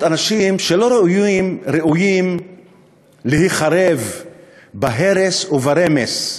אנשים שלא ראויים להיחרב בהרס וברמס,